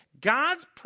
God's